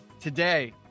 today